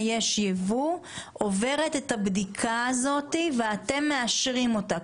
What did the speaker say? יש ייבוא עוברת את הבדיקה הזאת ואתם מאשרים אותה,